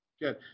good